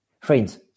Friends